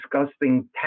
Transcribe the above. disgusting